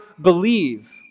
believe